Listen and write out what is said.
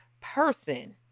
person